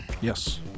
Yes